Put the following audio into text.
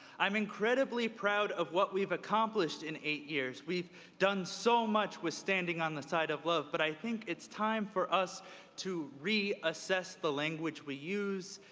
i'm incredibly proud of what we've accomplished in eight years. we've done so much withstand withstanding on the side of love, but i think it's time for us to reaccess the language we use,